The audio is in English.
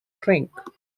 drink